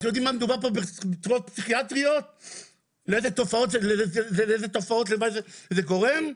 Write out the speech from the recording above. אתם יודעים לאיזה תופעות לוואי זה גורם?